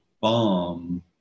bomb